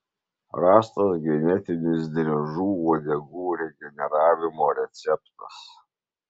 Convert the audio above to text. rastas genetinis driežų uodegų regeneravimo receptas